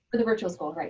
the the virtual school,